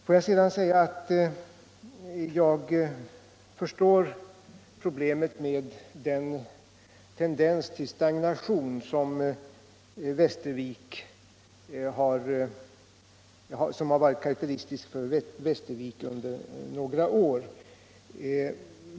Får jag sedan säga att jag förstår problemet, med den tendens till stagnation som varit karakteristiskt för Västervik under några år.